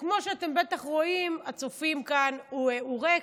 שכמו שאתם הצופים בטח רואים כאן, הוא ריק,